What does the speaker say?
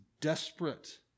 desperate